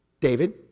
David